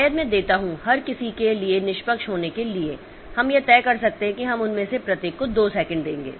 शायद मैं देता हूं हर किसी के लिए निष्पक्ष होने के लिए हम यह तय कर सकते हैं कि हम उनमें से प्रत्येक को 2 सेकंड देंगे